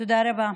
תודה רבה.